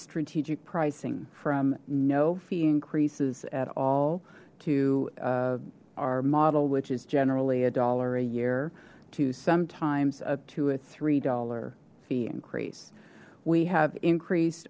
strategic pricing from no fee increases at all to our model which is generally a dollar a year to sometimes up to a three dollar fee increase we have increased